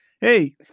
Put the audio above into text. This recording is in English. Hey